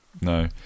no